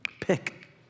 Pick